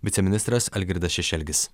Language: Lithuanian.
viceministras algirdas šešelgis